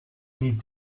need